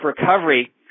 recovery